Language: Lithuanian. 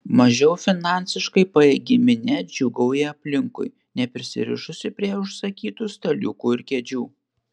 mažiau finansiškai pajėgi minia džiūgauja aplinkui neprisirišusi prie užsakytų staliukų ir kėdžių